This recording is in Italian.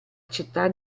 città